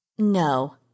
No